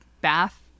bath